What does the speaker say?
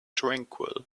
tranquil